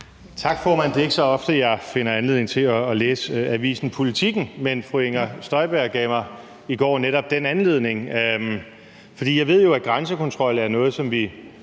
Tak, formand. Det er ikke så ofte, at jeg finder anledning til at læse avisen Politiken, men fru Inger Støjberg gav mig i går netop den anledning. For jeg ved jo, at grænsekontrol er noget, som vi